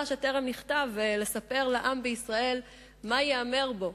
שטרם נכתב ולספר לעם בישראל מה ייאמר בו.